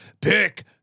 pick